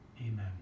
Amen